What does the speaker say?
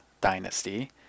dynasty